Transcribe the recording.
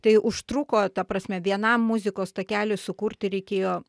tai užtruko ta prasme vienam muzikos takeliui sukurti reikėjo